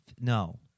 No